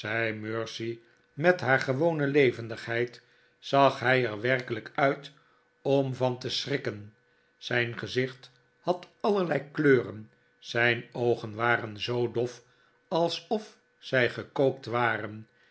mercy met haar gewone levendigheid zag hij er werkelijk uit om van te schrikjten zijn gezicht had allerlei kleuren zijn oogen waren zoo dof alsof zij gekookt waren